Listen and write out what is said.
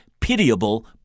pitiable